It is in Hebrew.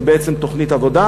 זה בעצם תוכנית עבודה,